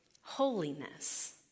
holiness